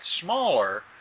smaller